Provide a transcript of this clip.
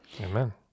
Amen